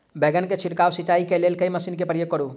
बैंगन केँ छिड़काव सिचाई केँ लेल केँ मशीन केँ प्रयोग करू?